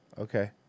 Okay